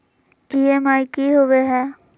EMI की होवे है?